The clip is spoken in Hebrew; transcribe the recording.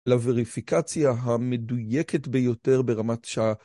‫לווריפיקציה המדויקת ביותר ‫ברמת שעה.